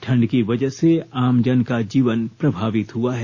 ठंड की वजह से आमजन का जीवन प्रभावित हुआ है